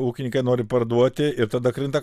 ūkininkai nori parduoti ir tada krinta